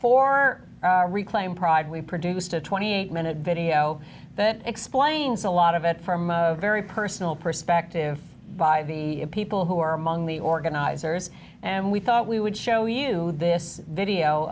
for reclaim pride we produced a twenty minute video that explains a lot of it from very personal perspective by the people who are among the organizers and we thought we would show you this video